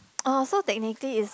oh so technically it's